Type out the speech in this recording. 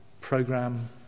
program